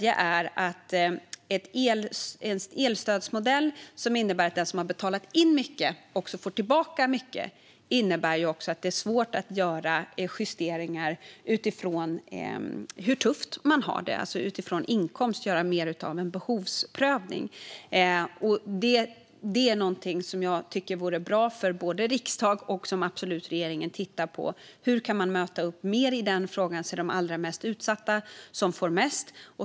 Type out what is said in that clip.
En elstödsmodell som innebär att den som har betalat in mycket också får tillbaka mycket innebär ju även att det är svårt att göra justeringar utifrån hur tufft man har det, alltså utifrån inkomst, och göra mer av en behovsprövning. Det är någonting som jag tycker vore bra för riksdagen att titta på och som regeringen absolut tittar på. Hur kan man möta upp mer i den frågan så att de allra mest utsatta får mest?